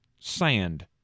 Sand